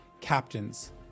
captains